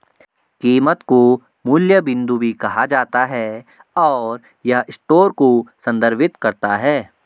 कीमत को मूल्य बिंदु भी कहा जाता है, और यह स्टोर को संदर्भित करता है